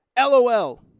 lol